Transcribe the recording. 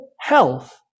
health